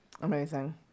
Amazing